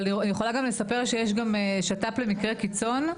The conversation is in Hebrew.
אבל אני יכולה גם לספר שיש שת"פ למקרה קיצון.